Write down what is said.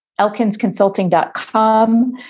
elkinsconsulting.com